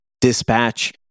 dispatch